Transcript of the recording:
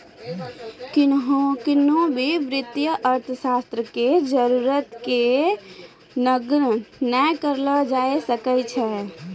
किन्हो भी वित्तीय अर्थशास्त्र के जरूरत के नगण्य नै करलो जाय सकै छै